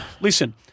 listen